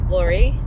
Lori